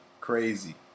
Crazy